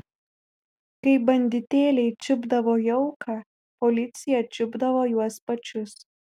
kai banditėliai čiupdavo jauką policija čiupdavo juos pačius